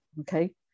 okay